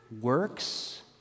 works